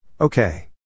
Okay